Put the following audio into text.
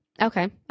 Okay